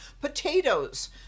potatoes